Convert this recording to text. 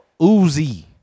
Uzi